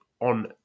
on